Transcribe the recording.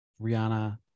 Rihanna